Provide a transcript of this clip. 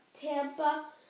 Tampa